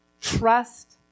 trust